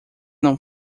não